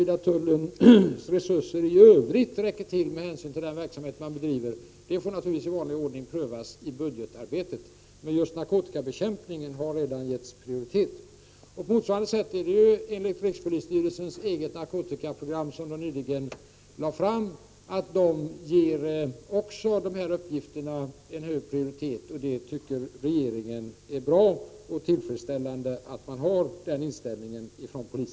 1989/90:32 vida tullens resurser i övrigt räcker till med hänsyn till den verksamhet som 24 november 1989 bedrivs får naturligtvis i vanlig ordning prövas i budgetarbetet, men justnar=== kotikabekämpningen har redan getts prioritet. På motsvarande sätt ges dessa uppgifter hög prioritet i rikspolisstyrelsens eget narkotikaprogram, som nyligen lades fram. Regeringen tycker att det är tillfredsställande att polisen har den inställningen.